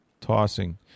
tossing